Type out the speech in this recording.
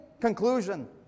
conclusion